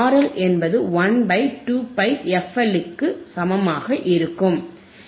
L என்பது 1 pi 2πfL சிக்கு சமமாக இருக்கும்